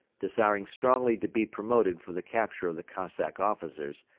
desiring strongly to be promoted for the capture of the cossack officers,